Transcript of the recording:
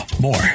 more